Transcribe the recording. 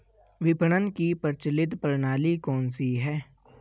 विपणन की प्रचलित प्रणाली कौनसी है?